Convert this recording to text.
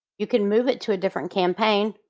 you can move it to a different campaign,